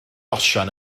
osian